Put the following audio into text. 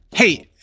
Hey